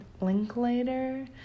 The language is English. Linklater